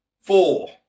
four